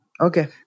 Okay